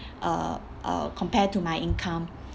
uh uh compared to my income